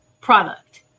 product